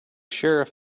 sheriff